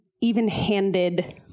even-handed